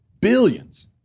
billions